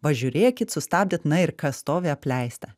pažiūrėkit sustabdėt na ir kas stovi apleista